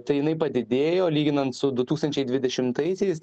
tai jinai padidėjo lyginant su du tūkstančiai dvidešimtaisiais